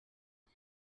qui